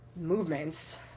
movements